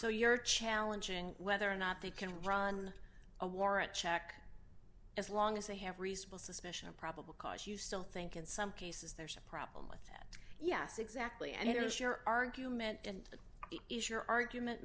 so you're challenging whether or not they can run a warrant check as long as they have reasonable suspicion of probable cause you still think in some cases there's a problem with that yes exactly and it is your argument and it is your argument